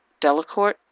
Delacorte